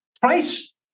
price